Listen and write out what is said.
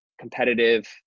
competitive